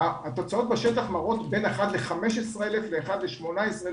התוצאות בשטח מראות בין אחד ל-15,000 לאחד ל-18,000